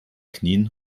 knien